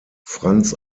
franz